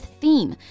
theme